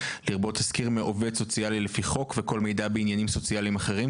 לרבות תסקיר מעובד סוציאלי לפי חוק וכל מידע בעניינים סוציאליים אחרים,